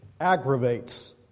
aggravates